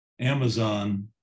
Amazon